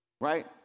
right